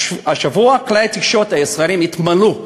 השבוע כלי התקשורת הישראליים התמלאו